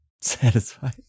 satisfied